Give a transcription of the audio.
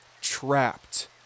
trapped